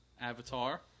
Avatar